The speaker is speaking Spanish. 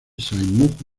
sainte